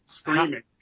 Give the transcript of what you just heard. screaming